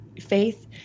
faith